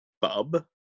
bub